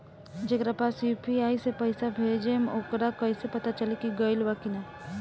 जेकरा पास यू.पी.आई से पईसा भेजब वोकरा कईसे पता चली कि गइल की ना बताई?